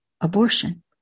abortion